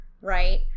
right